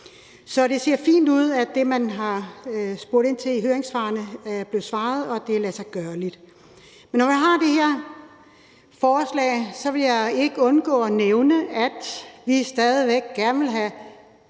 Så det ser fint ud, at det, man har spurgt ind til i høringssvarene, er blevet besvaret, og at det er ladsiggørligt. Man når vi har det her forslag, vil jeg ikke undlade at nævne, at vi stadig væk gerne vil have